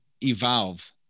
evolve